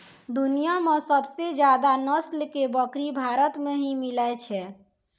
दुनिया मॅ सबसे ज्यादा नस्ल के बकरी भारत मॅ ही मिलै छै